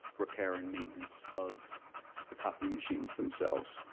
repair and maintenance of the copy machines themselves.